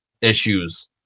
issues